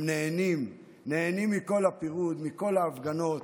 הם נהנים מכל הפירוד, מכל ההפגנות,